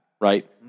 right